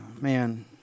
Man